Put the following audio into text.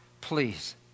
please